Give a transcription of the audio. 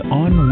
on